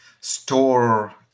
store